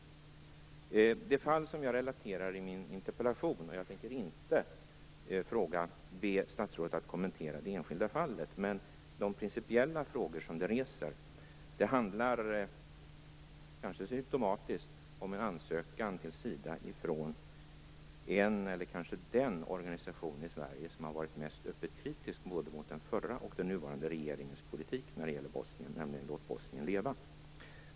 När det gäller det enskilda fall som jag relaterar till i min interpellation tänker jag inte be statsrådet kommentera det, utan de principiella frågor som det reser. Det handlar, kanske symtomatiskt, om en ansökan till Sida från kanske den organisation i Sverige som har varit mest öppet kritisk till både den förra och den nuvarande regeringens politik, nämligen Låt Bosnien leva.